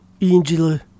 Angela